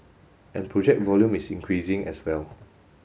and project volume is increasing as well